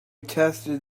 tested